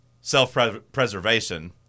self-preservation